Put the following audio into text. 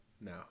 No